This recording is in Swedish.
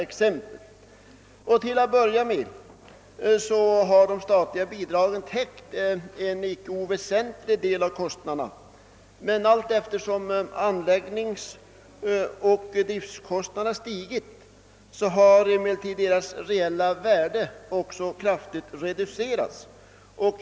Till att börja med har de statliga bidragen täckt en icke oväsentlig del av kostnaderna, men allteftersom anläggningsoch driftkostnaderna stigit har emellertid bidragens reella värde kraftigt reducerats.